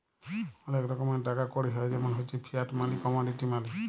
ওলেক রকমের টাকা কড়ি হ্য় জেমল হচ্যে ফিয়াট মালি, কমডিটি মালি